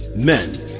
Men